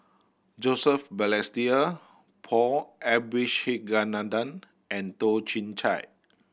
Joseph Balestier Paul Abisheganaden and Toh Chin Chye